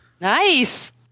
Nice